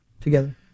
together